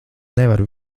nevar